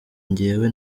njyewe